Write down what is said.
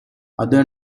other